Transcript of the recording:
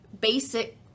basic